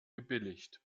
gebilligt